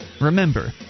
Remember